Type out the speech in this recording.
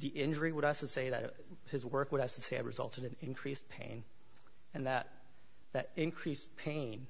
the injury would also say that his work with us have resulted in increased pain and that that increased pain